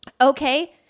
Okay